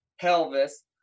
pelvis